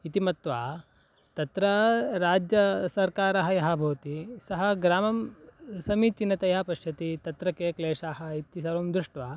इति मत्वा तत्रा राज्यसर्कारः यः भवति सः ग्रामं समीचीनतया पश्यति तत्र के क्लेशाः इति सर्वं दृष्ट्वा